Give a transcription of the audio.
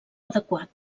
adequat